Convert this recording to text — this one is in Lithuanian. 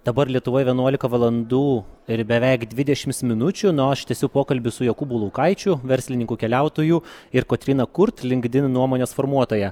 dabar lietuvoj vienuolika valandų ir beveik dvidešims minučių na o aš tęsiu pokalbį su jokūbu laukaičiu verslininku keliautoj ir kotryna kurt linkdin nuomonės formuotoja